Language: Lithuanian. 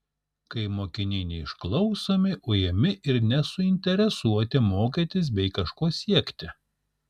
kai mokiniai neišklausomi ujami ir nesuinteresuoti mokytis bei kažko siekti